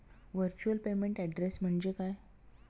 Virtual payment address म्हणजे काय?